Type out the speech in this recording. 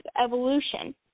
evolution